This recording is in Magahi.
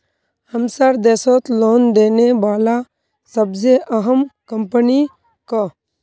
हमसार देशत लोन देने बला सबसे अहम कम्पनी क